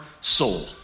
soul